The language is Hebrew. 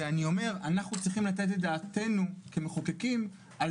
אנחנו צריכים לתת את דעתנו כמחוקקים על